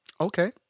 okay